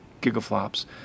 gigaflops